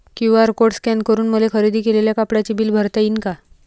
QR code scan करून मले खरेदी केलेल्या कापडाचे बिल भरता यीन का?